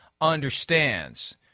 understands